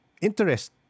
interest